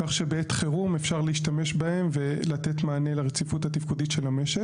כך שבעת חירום אפשר להשתמש בהם ולתת מענה לרציפות התפקודית של המשק.